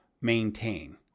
maintain